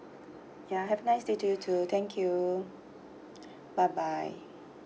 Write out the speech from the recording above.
ya have a nice day to you too thank you bye bye